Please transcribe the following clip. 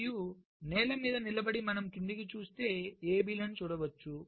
మరియు నేల మీద నిలబడి మనము క్రిందికి చూస్తే A B లను చూడవచ్చు